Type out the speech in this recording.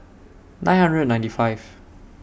nine hundred ninety five